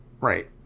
right